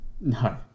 No